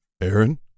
Aaron